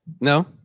No